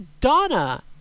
donna